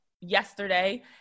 yesterday